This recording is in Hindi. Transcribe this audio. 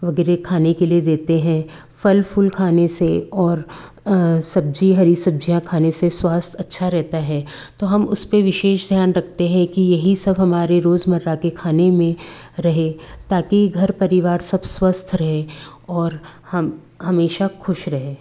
वगैरह खाने के लिए देते हैं फ़ल फ़ूल खाने से और सब्जी हरी सब्जियाँ खाने से स्वास्थ्य अच्छा रहता है तो हम उसपे विशेष ध्यान रखते हैं कि यही सब हमारे रोजमर्रा के खाने में रहे ताकि घर परिवार सब स्वस्थ रहे और हम हमेशा खुश रहे